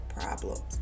problems